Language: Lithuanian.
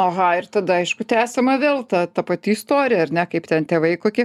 aha ir tada aišku tęsiama vėl ta ta pati istorija ar ne kaip ten tėvai kokie